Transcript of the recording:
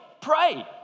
pray